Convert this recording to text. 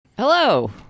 hello